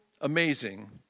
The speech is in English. amazing